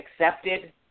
accepted